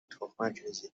تخمکریزی